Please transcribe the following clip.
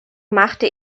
machte